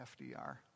FDR